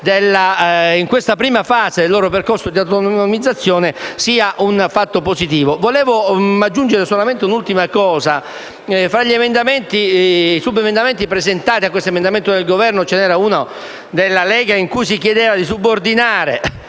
in questa prima fase del loro percorso di autonomizzazione sia un fatto positivo. Volevo aggiungere solamente un'ultima considerazione. Fra i subemendamenti presentati all'emendamento del Governo, ce ne era uno della Lega in cui si chiedeva di subordinare